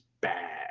bad